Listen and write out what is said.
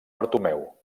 bartomeu